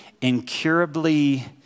incurably